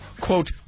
...quote